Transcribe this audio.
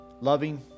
loving